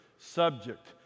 subject